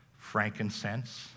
frankincense